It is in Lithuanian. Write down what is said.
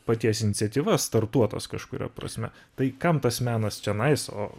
paties iniciatyva startuotas kažkuria prasme tai kam tas menas čionais o